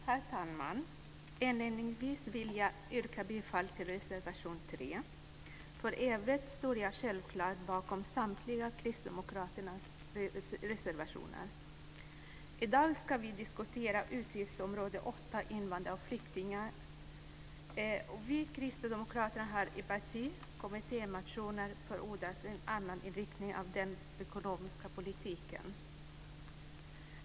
Herr talman! Inledningsvis yrkar jag bifall till reservation 3. För övrigt står jag självklart bakom samtliga kristdemokratiska reservationer. I dag ska vi diskutera utgiftsområde 8, invandrare och flyktingar. Vi kristdemokrater har i parti och kommittémotioner förordat en annan inriktning av den ekonomiska politiken.